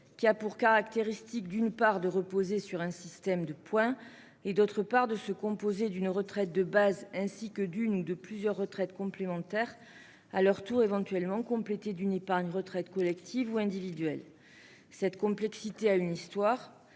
qui a pour caractéristiques, d'une part, de reposer sur un système de points, d'autre part, de se composer d'une retraite de base ainsi que d'une ou de plusieurs retraites complémentaires, à leur tour éventuellement complétées d'une épargne retraite collective ou individuelle. Cette complexité a une histoire.